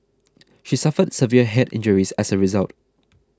she suffered severe head injuries as a result